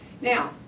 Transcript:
Now